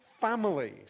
families